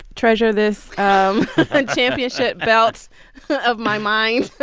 treasure this championship belt of my mind